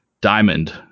diamond